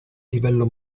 livello